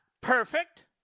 perfect